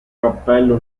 cappello